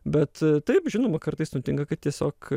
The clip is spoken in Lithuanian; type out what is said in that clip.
bet taip žinoma kartais nutinka kad tiesiog